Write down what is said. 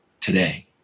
today